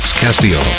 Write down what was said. Castillo